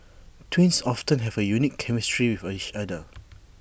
twins often have A unique chemistry with each other